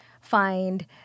find